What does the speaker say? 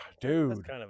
dude